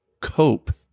cope